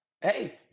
hey